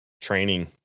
training